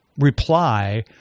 reply